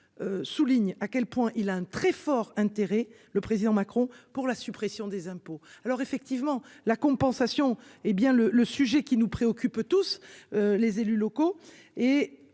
Souligne à quel point il a un très fort intérêt, le président Macron pour la suppression des impôts. Alors effectivement la compensation, hé bien le le sujet qui nous préoccupe tous les élus locaux